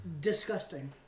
disgusting